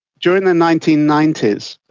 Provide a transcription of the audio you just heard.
during the nineteen ninety s,